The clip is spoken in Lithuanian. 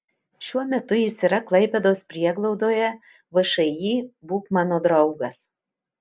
šiuo metu jis yra klaipėdos prieglaudoje všį būk mano draugas